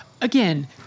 Again